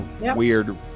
weird